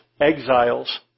exiles